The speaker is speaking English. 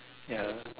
ya